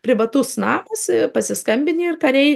privatus namus pasiskambini ir kariai